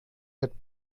bett